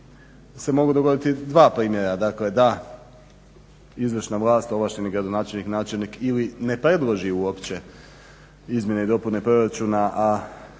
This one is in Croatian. se mogu dogoditi dva primjera. Dakle da izvršna vlast, ovlašteni gradonačelnik, načelnik ne predloži uopće izmjene i dopune proračuna a